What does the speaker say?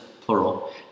plural